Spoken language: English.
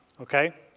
okay